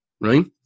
right